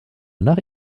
nach